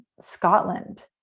Scotland